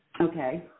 Okay